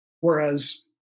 Whereas